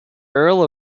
earl